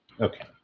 Okay